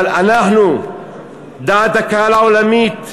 אבל אנחנו, דעת הקהל העולמית,